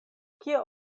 kio